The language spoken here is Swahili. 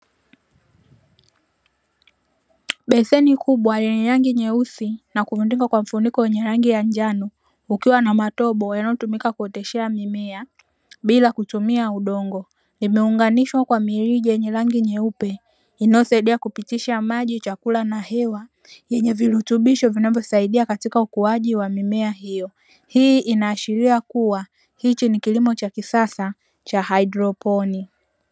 Beseni kubwa lenye rangi nyeusi na kufunikwa kwa mfuniko wenye rangi ya njano ukiwa na matobo yanayotumika kuoteshea mimea bila kutumia udongo. Imeunganishwa kwa mirija yenye rangi nyeupe inayosaidia kupitisha maji, chakula na hewa yenye virutubisho vinavyo saidia katika ukuaji wa mimea hiyo. Hii inaashiria kuwa hiki ni kilimo cha kisasa cha haidroponi.